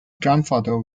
grandfather